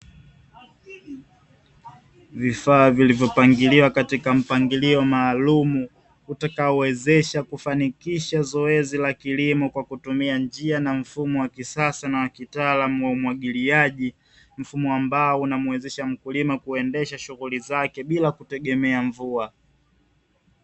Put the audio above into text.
Vifaa vilivyopangiliwa katika mpangilio maalum, utakaowezesha kufanikisha zoezi la kilimo kwa kutumia njia na mfumo wa kisasa na wa kitaalamu wa umwagiliaji, mfumo ambao unamwezesha mkulima kuendesha shughuli zake bila kutegemea mvua.